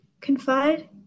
Confide